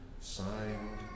Signed